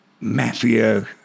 mafia